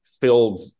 filled